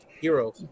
hero